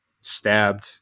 stabbed